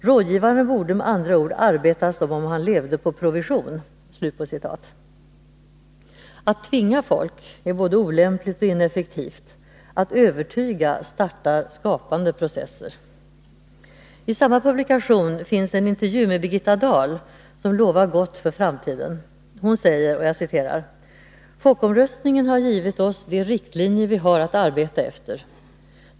Rådgivaren borde med andra ord arbeta som om han levde på provision.” Att tvinga folk är både olämpligt och ineffektivt. Att övertyga startar skapande processer. I samma publikation finns en intervju med Birgitta Dahl, vilken lovar gott för framtiden. Hon säger: ”Folkomröstningen har givit oss de riktlinjer vi har att arbeta efter.